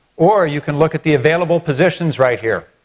or you could look at the available positions right here.